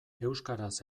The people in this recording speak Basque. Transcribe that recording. euskaraz